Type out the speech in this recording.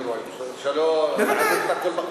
בוודאי.